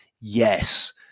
yes